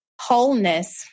wholeness